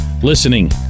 Listening